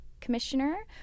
commissioner